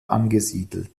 angesiedelt